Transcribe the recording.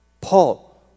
Paul